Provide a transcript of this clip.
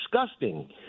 disgusting